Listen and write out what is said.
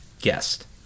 guest